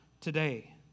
today